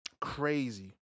Crazy